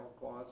clause